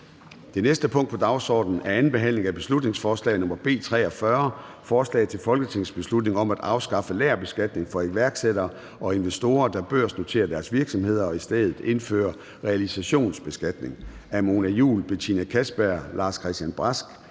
Det næste punkt på dagsordenen er: 22) 2. (sidste) behandling af beslutningsforslag nr. B 43: Forslag til folketingsbeslutning om at afskaffe lagerbeskatning for iværksættere og investorer, der børsnoterer deres virksomheder, og i stedet indføre realisationsbeskatning. Af Mona Juul (KF), Betina Kastbjerg (DD), Lars-Christian Brask